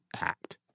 act